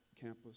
campus